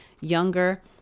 younger